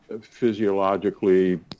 physiologically